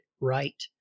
right